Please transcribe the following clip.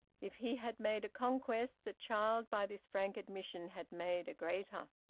if he had made a conquest, the child by this frank admission had made a greater.